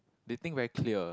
they think very clear